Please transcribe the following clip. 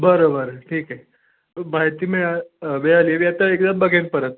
बरं बरं ठीक आहे माहिती मिळा मिळाली आता एकदा बघेन परत